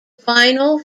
vinyl